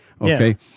Okay